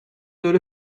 داره